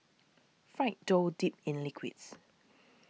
fried dough dipped in liquids